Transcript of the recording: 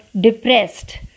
depressed